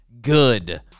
Good